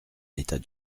l’état